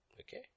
Okay